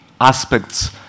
aspects